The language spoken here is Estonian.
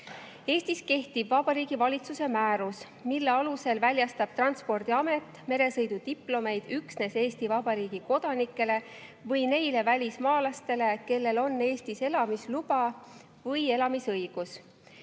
Eestis kehtib Vabariigi Valitsuse määrus, mille alusel väljastab Transpordiamet meresõidudiplomeid üksnes Eesti Vabariigi kodanikele ja neile välismaalastele, kellel on Eestis elamisluba või elamisõigus.